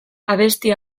abesti